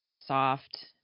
soft